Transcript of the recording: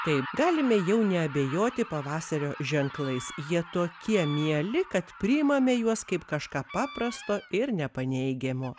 taip galime jau neabejoti pavasario ženklais jie tokie mieli kad priimame juos kaip kažką paprasto ir nepaneigiamo